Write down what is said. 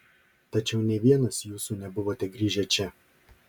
tačiau nė vienas jūsų nebuvote grįžę čia